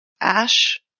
Ash